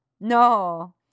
no